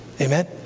Amen